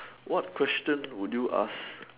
what question would you ask